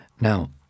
Now